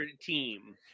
team